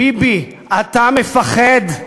ביבי, אתה מפחד.